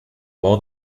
wore